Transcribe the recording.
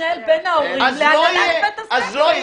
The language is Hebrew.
להתנהל בין ההורים להנהלת בית הספר.